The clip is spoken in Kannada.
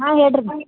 ಹಾಂ ಹೇಳ್ರಿ